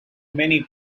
many